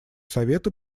совета